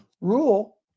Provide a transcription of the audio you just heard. rule